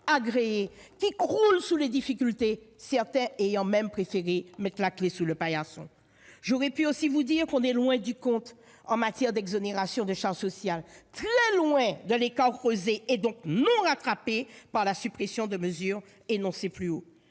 qui croulent sous les difficultés, certains ayant même préféré mettre la clé sous le paillasson ? J'aurais pu aussi vous dire que nous sommes loin du compte en matière d'exonération de charges sociales, très loin de l'écart creusé, et non rattrapé, par la suppression des mesures énoncées plus haut.